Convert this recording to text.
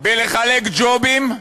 לחלק ג'ובים,